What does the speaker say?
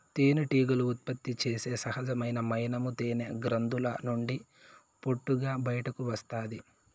తేనెటీగలు ఉత్పత్తి చేసే సహజమైన మైనము తేనె గ్రంధుల నుండి పొట్టుగా బయటకు వస్తాది